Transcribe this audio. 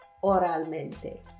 oralmente